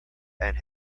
and